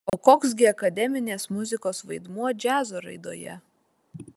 o koks gi akademinės muzikos vaidmuo džiazo raidoje